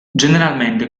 generalmente